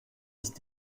ist